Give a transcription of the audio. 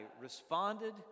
responded